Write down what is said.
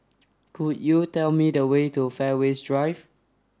could you tell me the way to Fairways Drive